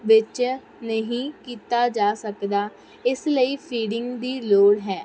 ਵਿੱਚ ਨਹੀਂ ਕੀਤਾ ਜਾ ਸਕਦਾ ਇਸ ਲਈ ਫੀਡਿੰਗ ਦੀ ਲੋੜ ਹੈ